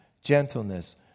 gentleness